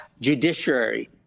judiciary